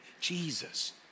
Jesus